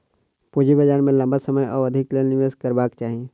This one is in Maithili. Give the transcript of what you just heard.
पूंजी बाजार में लम्बा समय अवधिक लेल निवेश करबाक चाही